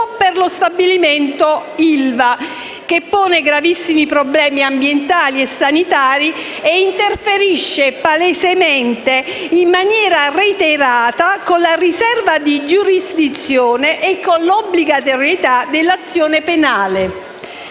per lo stabilimento ILVA, che pone gravissimi problemi ambientali e sanitari e interferisce palesemente, in maniera reiterata, con la riserva di giurisdizione e con l'obbligatorietà dell'azione penale.